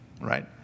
right